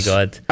God